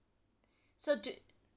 so d~